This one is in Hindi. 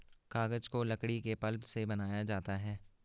कागज को लकड़ी के पल्प से बनाया जाता है